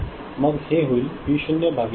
मग हे होईल व्ही 0 भागिले 4